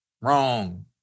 wrong